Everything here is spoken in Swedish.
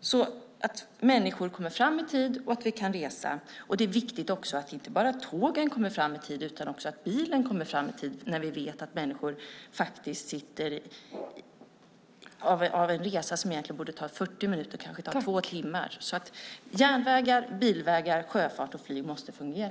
så att människor kommer fram i tid och så att vi kan resa. Det är inte bara viktigt att tågen kommer fram i tid, utan det är också viktigt att bilen kommer fram i tid. En resa som egentligen borde ta 40 minuter kanske tar två timmar. Järnvägar, bilvägar, sjöfart och flyg måste fungera.